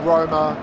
Roma